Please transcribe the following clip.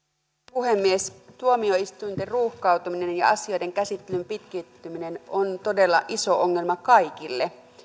puhemies tuomioistuinten ruuhkautuminen ja asioiden käsittelyn pitkittyminen on todella iso ongelma kaikille